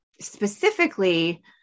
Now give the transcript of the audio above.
specifically